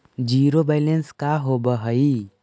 Zero balance का होव हइ?